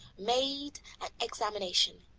made an examination.